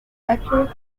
accurate